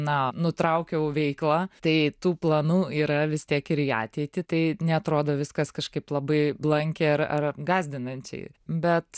na nutraukiau veiklą tai tų planų yra vis tiek ir į ateitį tai neatrodo viskas kažkaip labai blankiai ar ar gąsdinančiai bet